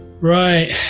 Right